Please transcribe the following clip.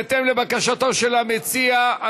בהתאם לבקשתו של המציע,